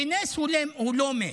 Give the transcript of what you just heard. בנס הוא לא מת.